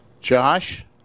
Josh